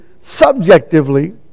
subjectively